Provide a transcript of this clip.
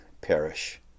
perish